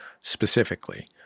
specifically